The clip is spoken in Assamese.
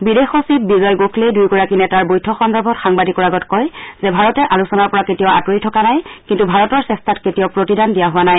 বিদেশ সচিব বিজয় গোখলে দুয়োগৰাকী নেতাৰ বৈঠক সন্দৰ্ভত সাংবাদিকৰ আগত কয় যে ভাৰতে আলোচনাৰ পৰা কেতিয়াও আতৰি থকা নাই কিন্তু ভাৰতৰ চেষ্টাত কেতিয়াও প্ৰতিদান দিয়া হোৱা নাই